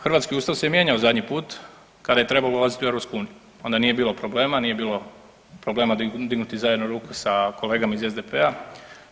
Hrvatski Ustav se mijenjao zadnji put kada je trebalo ulaziti u EU, onda nije bilo problema, nije bilo problema dignuti zajedno ruku sa kolegama iz SDP-a.